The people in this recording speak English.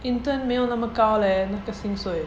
intern 没有那么高 leh 那个薪水